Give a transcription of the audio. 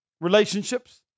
relationships